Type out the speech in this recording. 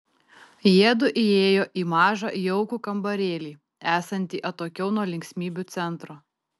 jiedu įėjo į mažą jaukų kambarėlį esantį atokiau nuo linksmybių centro